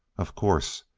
of course,